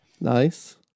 Nice